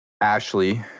Ashley